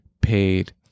paid